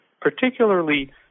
particularly